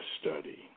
study